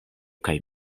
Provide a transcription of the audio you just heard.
kaj